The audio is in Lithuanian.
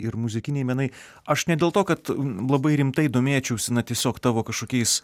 ir muzikiniai menai aš ne dėl to kad labai rimtai domėčiausi na tiesiog tavo kažkokiais